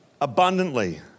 abundantly